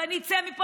ואני אצא מפה,